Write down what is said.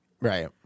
Right